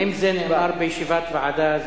אם זה נאמר בישיבת ועדה,